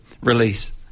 release